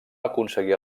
aconseguir